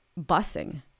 busing